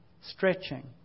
stretching